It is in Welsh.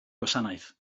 gwasanaeth